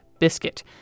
biscuit